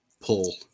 pull